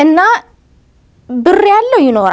and you know